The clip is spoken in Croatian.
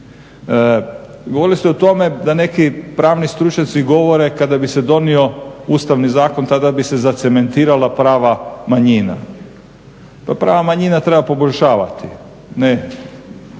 Govorili ste o tome da neki pravni stručnjaci govore kada bi se donio Ustavni zakon tada bi se zacementirala prava manjina. Pa prava manjina treba poboljšavati, ne